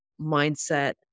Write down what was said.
mindset